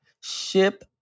Ship